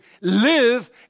live